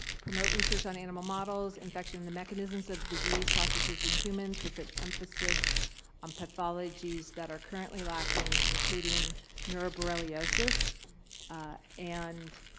promote research on animal models infections and the mechanisms of disease processes in humans with the emphasis on pathologies that are currently lacking, including neuroborreliosis and